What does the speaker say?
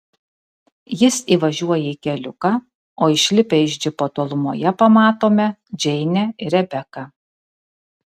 jis įvažiuoja į keliuką o išlipę iš džipo tolumoje pamatome džeinę ir rebeką